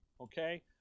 Okay